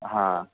हां